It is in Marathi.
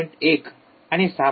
१ आणि ६